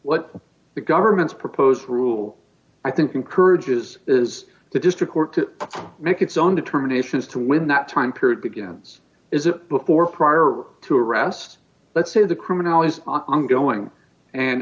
what the government's proposed rule i think encourages is the district court to make its own determination as to when that time period begins is it before prior to arrest let's say the criminal is ongoing and